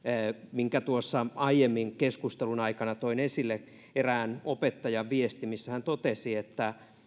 minkä tuossa aiemmin keskustelun aikana toin esille eli erään opettajan viestin missä hän totesi että